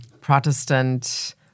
Protestant